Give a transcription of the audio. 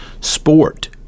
Sport